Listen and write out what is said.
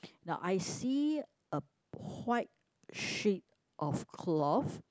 now I see a white sheet of cloth